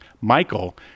Michael